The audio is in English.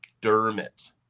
Dermot